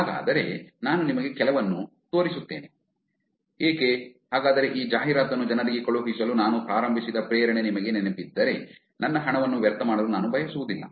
ಹಾಗಾದರೆ ನಾನು ನಿಮಗೆ ಕೆಲವನ್ನು ತೋರಿಸುತ್ತೇನೆ ಏಕೆ ಹಾಗಾದರೆ ಈ ಜಾಹೀರಾತನ್ನು ಜನರಿಗೆ ಕಳುಹಿಸಲು ನಾನು ಪ್ರಾರಂಭಿಸಿದ ಪ್ರೇರಣೆ ನಿಮಗೆ ನೆನಪಿದ್ದರೆ ನನ್ನ ಹಣವನ್ನು ವ್ಯರ್ಥ ಮಾಡಲು ನಾನು ಬಯಸುವುದಿಲ್ಲ